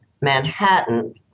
Manhattan